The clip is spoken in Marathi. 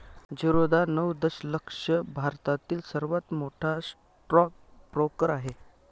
झिरोधा नऊ दशलक्ष भारतातील सर्वात मोठा स्टॉक ब्रोकर आहे